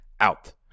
out